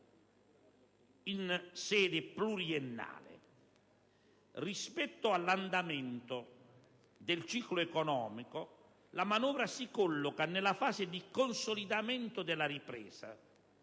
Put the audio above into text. in sede pluriennale. Rispetto all'andamento del ciclo economico, la manovra si colloca nella fase di consolidamento della ripresa